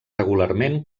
regularment